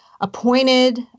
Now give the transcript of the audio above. appointed